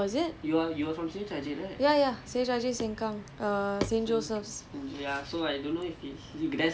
oh is it